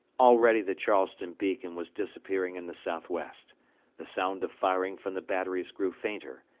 already the charleston beacon was disappearing in the south-west the sound of firing from the batteries grew fainter,